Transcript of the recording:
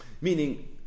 Meaning